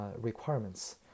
requirements